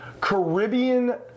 caribbean